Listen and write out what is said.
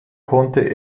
konnte